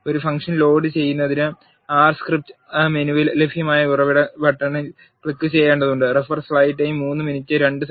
ഒരു ഫംഗ്ഷൻ ലോഡുചെയ്യുന്നതിന് R script മെനുവിൽ ലഭ്യമായ ഉറവിട ബട്ടണിൽ ക്ലിക്കുചെയ്യേണ്ടതുണ്ട്